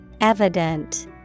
Evident